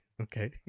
okay